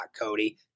Cody